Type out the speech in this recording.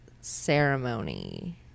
ceremony